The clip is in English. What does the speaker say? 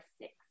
six